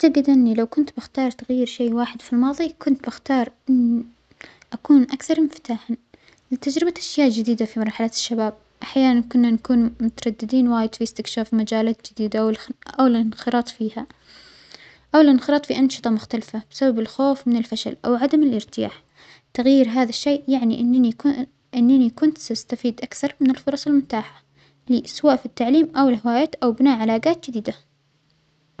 أعتجد إنى لو كنت بختار تغير شيء واحد في الماظى كنت بختار أن أكون أكثر إنفتاحا لتجربة أشياء جديدة في مرحلة الشباب، أحيانا كنا نكون مترددين وايد في إستكشاف مجالات جديدة والإنخ-أو الإنخراط فيها أو الإنخراط فى أنشطة مختلفة بسبب الخوف من الفشل أو عدم الإرتياح، تغيير هذا الشيء يعنى إننى كون-إننى كنت سأستفيد أكثر من الفرص المتاحة لى سواء في التعليم أو الهوايات أو بناء علاجات جديدة.